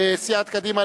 סיעת קדימה,